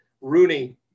Rooney